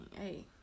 hey